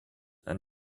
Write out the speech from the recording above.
and